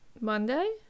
Monday